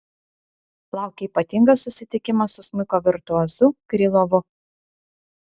laukia ypatingas susitikimas su smuiko virtuozu krylovu